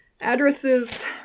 Addresses